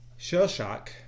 Shellshock